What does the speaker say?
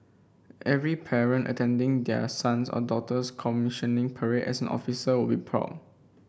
every parent attending their sons or daughter's commissioning parade as an officer would be proud